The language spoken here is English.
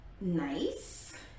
nice